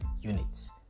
units